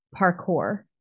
parkour